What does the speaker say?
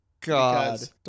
god